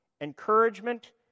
encouragement